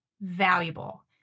valuable